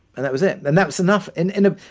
and that was it. and that was enough. and, and ah